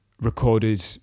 recorded